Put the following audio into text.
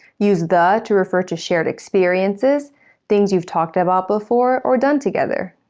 use the to refer to shared experiences things you've talked about before or done together.